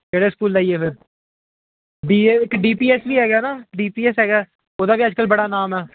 ਕਿਹੜੇ ਸਕੂਲ ਲਾਈਏ ਫਿਰ D A D P S ਵੀ ਹੈਗਾ ਨਾ ਡੀ ਪੀ ਐੱਸ ਹੈਗਾ ਉਹਦਾ ਵੀ ਅੱਜ ਕੱਲ੍ਹ ਬੜਾ ਨਾਮ ਹੈ